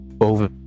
over